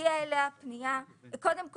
קודם כול,